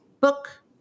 book